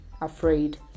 afraid